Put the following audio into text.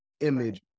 image